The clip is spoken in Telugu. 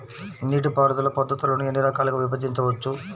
నీటిపారుదల పద్ధతులను ఎన్ని రకాలుగా విభజించవచ్చు?